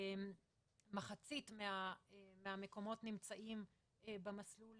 מחצית מהמקומות נמצאים במסלול